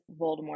Voldemort